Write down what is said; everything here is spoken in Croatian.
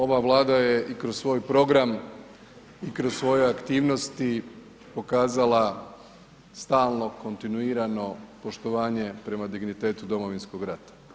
Ova Vlada je i kroz svoj program i kroz svoje aktivnosti pokazala stalno kontinuirano poštovanje prema dignitetu Domovinskog rata.